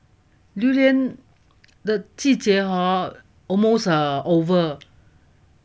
durian 的季节 hor almost err over